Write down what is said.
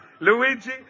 Luigi